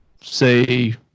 say